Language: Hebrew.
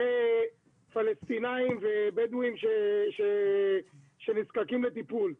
פלסטינאים ובדואים שנזקקים לטיפול.